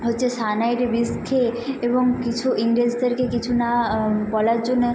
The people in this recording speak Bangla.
হচ্ছে সায়ানাইড বিষ খেয়ে এবং কিছু ইংরেজদেরকে কিছু না বলার জন্যে